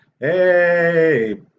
hey